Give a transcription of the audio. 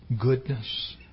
goodness